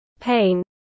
pain